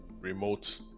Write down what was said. remote